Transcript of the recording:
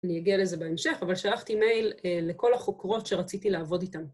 ‫אני אגיע לזה בהמשך, אבל שלחתי מייל ‫לכל החוקרות שרציתי לעבוד איתן.